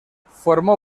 formó